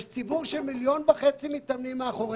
יש ציבור של 1.5 מיליון מתאמנים מאחורינו,